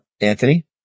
Anthony